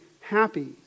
happy